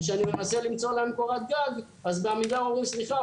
כשאני מנסה למצוא להם קורת גג אז בעמידר אומרים 'סליחה,